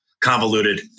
convoluted